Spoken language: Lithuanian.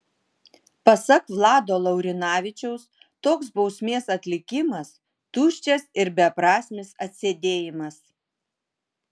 pasak vlado laurinavičiaus toks bausmės atlikimas tuščias ir beprasmis atsėdėjimas